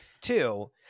Two